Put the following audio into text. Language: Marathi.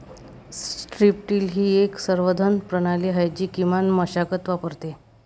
स्ट्रीप टिल ही एक संवर्धन प्रणाली आहे जी किमान मशागत वापरते